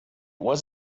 was